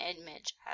image